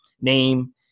name